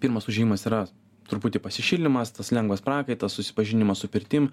pirmas užėjimas yra truputį pasišildymas tas lengvas prakaitas susipažinimas su pirtim